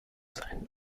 seinen